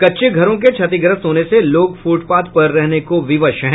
कच्चे घरों के क्षतिग्रस्त होने से लोग फुटपाथ पर रहने को विवश हैं